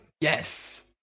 Yes